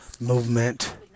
movement